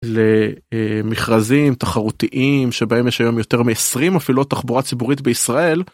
למכרזים תחרותיים שבהם יש היום יותר מ-20 מפעילות תחבורה ציבורית בישראל.